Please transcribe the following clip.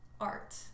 art